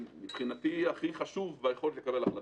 הכי חשוב, מבחינתי, ביכולת לקבל החלטות.